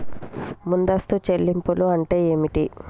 ముందస్తు చెల్లింపులు అంటే ఏమిటి?